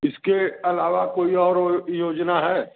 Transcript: इसके अलावा कोई और योजना है